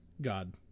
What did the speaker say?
God